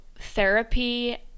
therapy